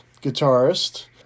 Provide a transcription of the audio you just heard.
guitarist